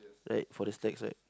right for the stacks right